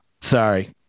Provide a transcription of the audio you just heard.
Sorry